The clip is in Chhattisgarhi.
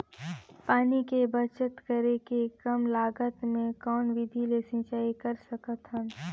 पानी के बचत करेके कम लागत मे कौन विधि ले सिंचाई कर सकत हन?